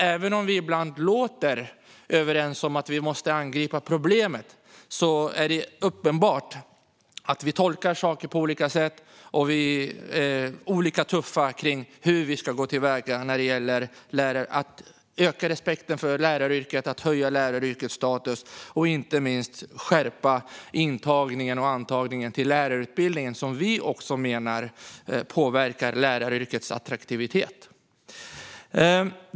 Även om det ibland låter som att vi är överens om att vi måste angripa problemen är det uppenbart att vi tolkar saker på olika sätt och är olika tuffa kring hur vi ska gå till väga för att öka respekten för läraryrket, höja läraryrkets status och inte minst skärpa intagningen och antagningen till lärarutbildningen, som vi också menar påverkar läraryrkets attraktivitet.